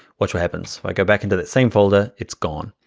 watch what happens. if i go back into that same folder, it's gone.